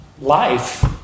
life